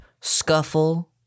scuffle